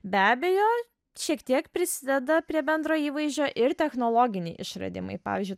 be abejo šiek tiek prisideda prie bendro įvaizdžio ir technologiniai išradimai pavyzdžiui